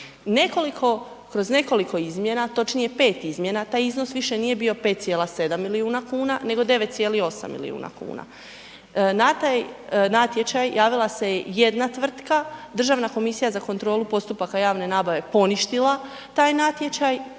Kroz nekoliko izmjena, točnije pet izmjena taj iznos više nije bio 5,7 milijuna kuna nego 9,8 milijuna kuna. Na taj natječaj javila se jedna tvrtka, Državna komisija za kontrolu postupaka javne nabave je poništila taj natječaj,